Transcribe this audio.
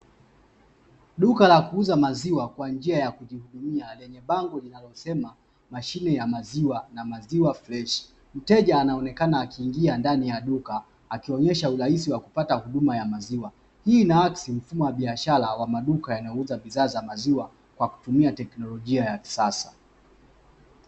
Duka la kuuza maziwa kwa njia ya kujipimia lenye bango linalosema mashine ya maziwa na maziwa freshi, mteja anaonekana akiingia ndani ya duka akionyesha urahisi wa kupata huduma ya maziwa hii inaakisi mfumo wa biashara wa maduka yanayouza bidhaa za maziwa kwa kutumia teknolojia ya kisasa.